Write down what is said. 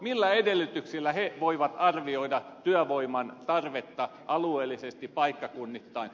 millä edellytyksillä he voivat arvioida työvoiman tarvetta alueellisesti paikkakunnittain